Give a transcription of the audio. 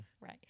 Right